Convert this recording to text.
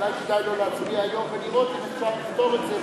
אולי כדאי לא להצביע היום ולראות אם אפשר לפתור את זה,